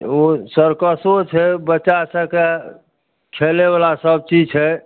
ओ सरकसो छै बच्चा सबके खेलै बला सबचीज छै